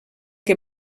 que